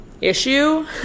issue